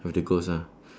have the goals ah